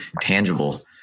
tangible